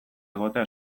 egotea